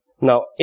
Now